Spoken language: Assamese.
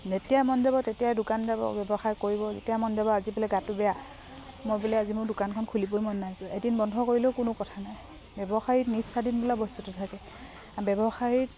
যেতিয়া মন যাব তেতিয়াই দোকান যাব ব্যৱসায় কৰিব যেতিয়াই মন যাব আজি বোলে গাটো বেয়া মই বোলে আজি মোৰ দোকানখন খুলিবই মন নাই যোৱা এদিন বন্ধ কৰিলেও কোনো কথা নাই ব্যৱসায়ত নিজ স্বাধীন বোলা বস্তুটো থাকে ব্যৱসায়িক